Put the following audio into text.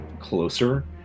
closer